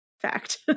fact